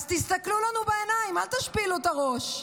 אז תסתכלו לנו בעיניים, אל תשפילו את הראש.